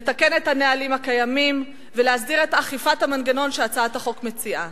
לתקן את הנהלים הקיימים ולהסדיר את אכיפת המנגנון שהצעת החוק מציעה.